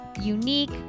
unique